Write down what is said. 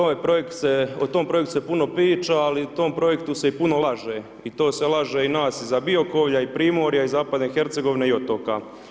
To je projekt, o tom projektu se puno priča ali o tom projektu se i puno laže i to se laže i nas iza Biokovlja i Primorja i zapadne Hercegovine i otoka.